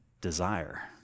desire